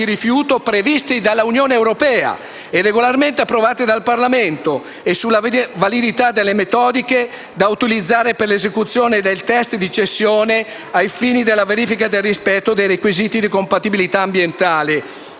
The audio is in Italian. rifiuto, previste dall'Unione europea e regolarmente approvate dal Parlamento, e sulla validità delle metodiche da utilizzare per l'esecuzione del test di cessione ai fini della verifica del rispetto dei requisiti di compatibilità ambientale.